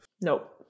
Nope